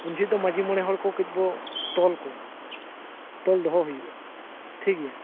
ᱩᱱᱡᱚᱦᱚᱜ ᱫᱚ ᱢᱟᱺᱡᱷᱤ ᱢᱚᱬᱮ ᱦᱚᱲᱠᱚ ᱠᱟᱹᱡᱵᱚ ᱛᱚᱞ ᱠᱚᱣᱟ ᱛᱚᱞ ᱫᱚᱦᱚ ᱦᱩᱭᱩᱜᱼᱟ ᱴᱷᱤᱠ ᱜᱮᱭᱟ